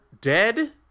dead